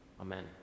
Amen